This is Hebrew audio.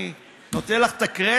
אני נותן לך את הקרדיט.